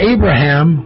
Abraham